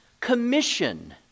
commission